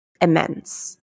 immense